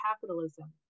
capitalism